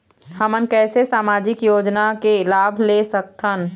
हमन कैसे सामाजिक योजना के लाभ ले सकथन?